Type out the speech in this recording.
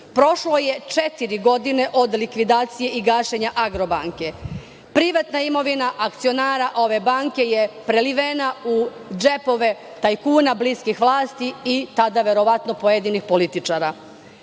Prošlo je četiri godine od likvidacije i gašenje Agrobanke. Privatna imovina akcionara ove banke je prelivena u džepove tajkuna bliskih vlasti i tada, verovatno, pojedinih političara.